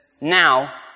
now